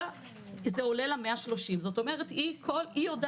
זה עולה לה 130. זאת אומרת היא יודעת,